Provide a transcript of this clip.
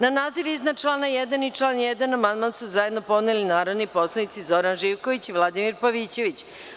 Na naziv iznad člana 1. i član 1. amandman su zajedno podneli narodni poslanici Zoran Živković i Vladimir Pavićević.